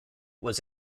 was